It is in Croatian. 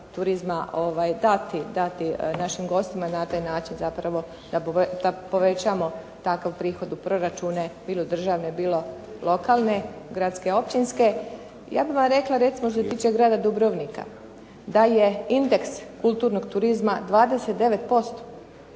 turizma dati našim gostima na taj način zapravo da povećamo takav prihod u proračune bilo državne, bilo lokalne, gradske, općinske. Ja bih vam rekla što se tiče grada Dubrovnika da je indeks kulturnog turizma 29%.